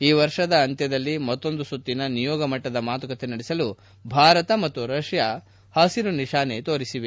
ಈ ವರ್ಷದ ಅಂತ್ವದಲ್ಲಿ ಮತ್ತೊಂದು ಸುತ್ತಿನ ನಿಯೋಗ ಮಟ್ಟದ ಮಾತುಕತೆ ನಡೆಸಲು ಭಾರತ ಮತ್ತು ರಷ್ಯಾ ಹಸಿರು ನಿಶಾನೆ ತೋರಿವೆ